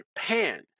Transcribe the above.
Japan